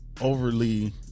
overly